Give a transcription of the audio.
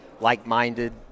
like-minded